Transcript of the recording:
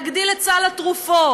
להגדיל את סל התרופות,